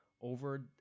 over